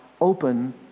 open